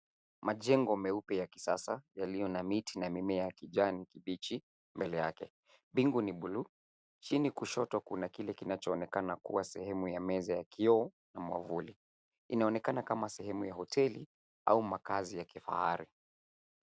Majengo meupe ya kisasa yaliyo na miti na mimea ya kijani kibichi mbele yake. Mbingu ni buluu. Chini kushoto kuna kile kinachoonekana kuwa sehemu ya meza ya kioo na mwavuli. Inaonekana kama sehemu ya hoteli au makazi ya kifahari.